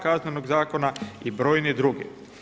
Kaznenog zakona i brojne druge.